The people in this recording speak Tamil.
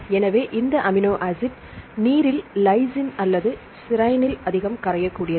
எனவே எந்த அமினோ ஆசிட் நீரில் லைசின் அல்லது செரினில் அதிகம் கரையக்கூடியது